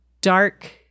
dark